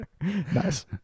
Nice